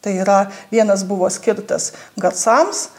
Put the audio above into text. tai yra vienas buvo skirtas garsams